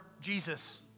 Jesus